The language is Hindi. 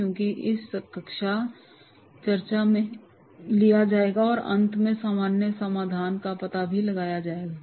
क्योंकि इसे कक्षा चर्चा में लिया जाएगा और अंत में सामान्य समाधान का पता भी लगाया जाएगा